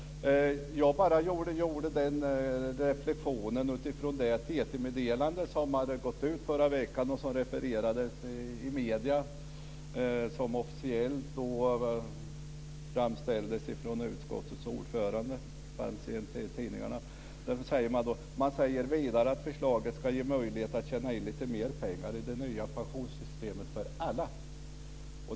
Jag gjorde min reflexion utifrån det TT-meddelande som hade gått och som refererades i medierna och utifrån det som officiellt framställdes från utskottets ordförande i tidningarna. Man säger att förslaget ska ge möjlighet att tjäna in lite med pengar i det nya pensionssystemet för alla.